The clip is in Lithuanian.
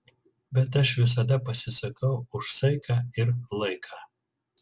bet aš visada pasisakau už saiką ir laiką